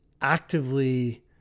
actively